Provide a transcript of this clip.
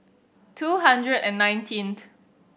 two hundred and nineteenth